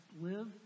live